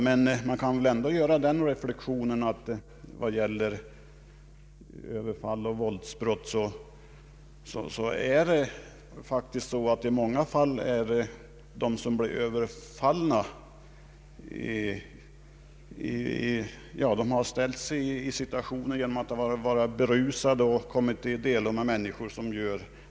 Men man kan väl göra den reflexionen när det gäller överfall och våldsbrott att i många fall de överfallna själva har försatt sig i besvärliga situationer genom att de har varit berusade och kommit i delo med andra människor.